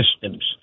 systems